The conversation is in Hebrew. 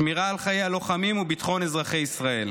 שמירה על חיי הלוחמים וביטחון אזרחי ישראל.